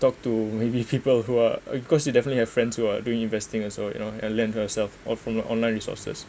talk to maybe people who are because you definitely have friends who are doing investing as well you know and learn for yourself all from the online resources